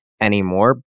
anymore